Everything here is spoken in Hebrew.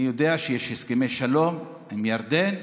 אני יודע שיש הסכמי שלום עם ירדן.